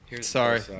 Sorry